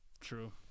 True